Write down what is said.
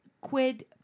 quid